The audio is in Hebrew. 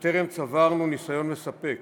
וטרם צברנו ניסיון מספק